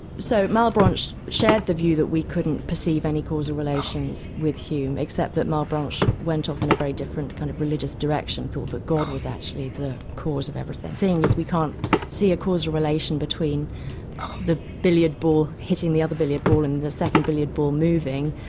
so malebranche shared the view that we couldn't perceive any causal relations with hume except that malebranche went off in a very different kind of religious direction, thought that god was actually the cause of everything. seeing as we can't see a causal relation between the billiard ball hitting the other billiard ball, and the second billiard ball moving,